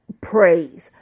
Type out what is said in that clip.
praise